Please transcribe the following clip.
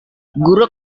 guru